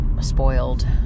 spoiled